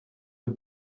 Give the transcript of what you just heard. mit